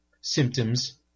symptoms